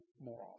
more